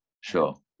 sure